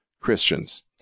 Christians